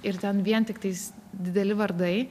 ir ten vien tiktais dideli vardai